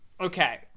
Okay